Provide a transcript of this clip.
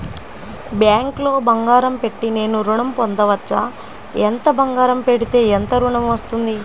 బ్యాంక్లో బంగారం పెట్టి నేను ఋణం పొందవచ్చా? ఎంత బంగారం పెడితే ఎంత ఋణం వస్తుంది?